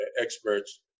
experts